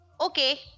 Okay